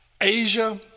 Asia